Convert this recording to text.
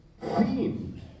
theme